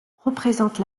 représente